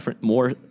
more